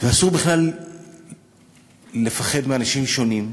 אסור בכלל לפחד מאנשים שונים,